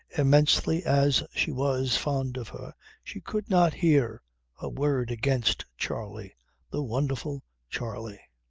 immensely as she was fond of her she could not hear a word against charley the wonderful charley.